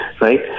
right